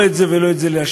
לא את זה ולא את זה.